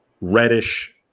Reddish